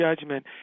judgment